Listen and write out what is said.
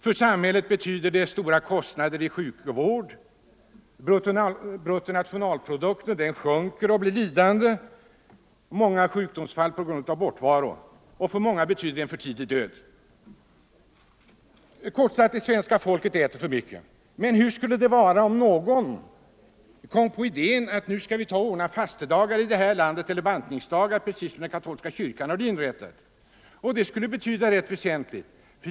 För samhället betyder det stora kostnader för sjukvården, bruttonationalprodukten sjunker på grund av bortovaro från arbetet vid sjukdom. Och för många människor betyder det en för tidig död. Kort sagt, det svenska folket äter för mycket. Men hur skulle det vara om någon kom på idén att vi skulle ordna fastedagar — eller bantningsdagar — i det här landet precis som den katolska kyrkan har gjort? Det skulle betyda rätt mycket.